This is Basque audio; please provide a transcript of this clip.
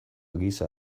giza